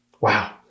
Wow